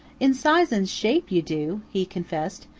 in size and shape you do, he confessed,